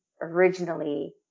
originally